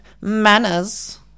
manners